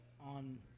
on